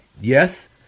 yes